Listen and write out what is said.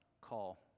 call